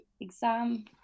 exam